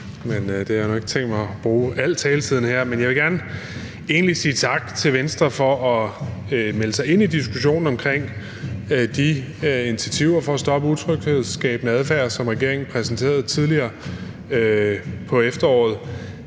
Men jeg har nu ikke tænkt mig at bruge al taletiden her. Men jeg vil egentlig gerne sige tak til Venstre for at melde sig ind i diskussionen omkring de initiativer for at stoppe utryghedsskabende adfærd, som regeringen præsenterede tidligere i efteråret.